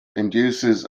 induces